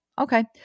Okay